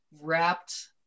wrapped